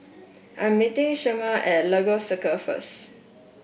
I'm meeting Shemar at Lagos Circle first